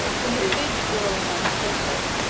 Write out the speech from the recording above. when the fig growns on the thistle,